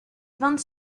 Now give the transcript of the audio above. vingt